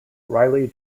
riley